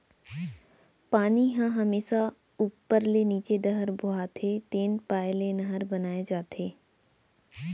पानी ह हमेसा उप्पर ले नीचे डहर बोहाथे तेन पाय ले नहर बनाए जाथे